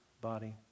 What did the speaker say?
body